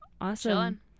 Awesome